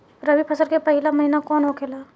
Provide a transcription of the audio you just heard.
रबी फसल के पहिला महिना कौन होखे ला?